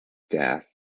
death